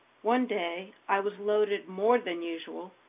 one day i was loaded more than usual,